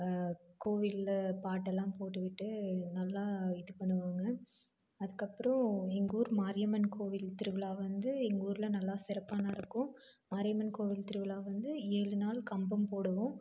கோவிலில் பாட்டெல்லாம் போட்டு விட்டு நல்லா இது பண்ணுவாங்க அதுக்கப்புறம் எங்கள் ஊர் மாரியம்மன் கோவில் திருவிழா வந்து எங்கள் ஊரில் நல்லா சிறப்பாக நடக்கும் மாரியம்மன் கோவில் திருவிழா வந்து ஏழு நாள் கம்பம் போடுவோம்